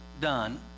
done